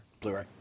Blu-ray